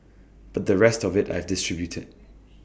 but the rest of IT I've distributed